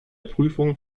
prüfung